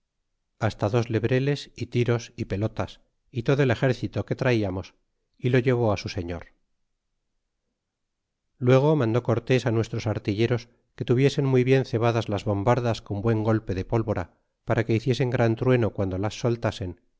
basta dos lebreles tiros é pelotas y todo el exército que traiamos é lo llevó á su señor y luego mandó cortes á nuestros artilleros que tuviesen muy bien cebadas las bombardas con buen golpe de pólvora para que hiciesen gran trueno guando las soltasen